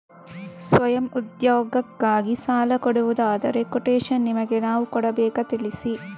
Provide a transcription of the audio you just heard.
ಸ್ವಯಂ ಉದ್ಯೋಗಕ್ಕಾಗಿ ಸಾಲ ಕೊಡುವುದಾದರೆ ಕೊಟೇಶನ್ ನಿಮಗೆ ನಾವು ಕೊಡಬೇಕಾ ತಿಳಿಸಿ?